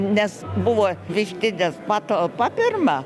nes buvo vištidės patalpa pirma